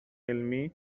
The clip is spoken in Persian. علمی